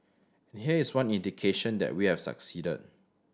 here is one indication that we have succeeded